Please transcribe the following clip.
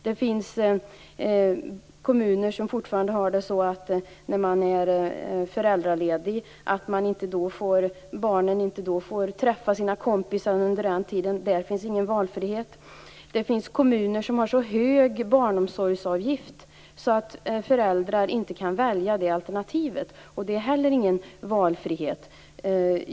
Det finns kommuner som fortfarande har det så att barn till föräldralediga inte får träffa sina kompisar under den tiden. Där finns ingen valfrihet. Det finns kommuner som har så hög barnomsorgsavgift att föräldrar inte kan välja det alternativet. Det är inte heller någon valfrihet.